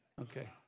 Okay